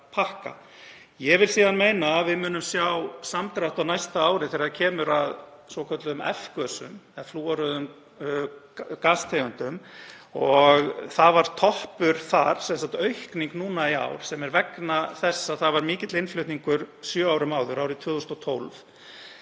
Ég vil síðan meina að við munum sjá samdrátt á næsta ári þegar kemur að svokölluðum F-gösum eða flúoruðum gastegundum. Það var toppur þar, sem sagt aukning nú í ár, vegna þess að það var mikill innflutningur sjö árum áður, árið 2012.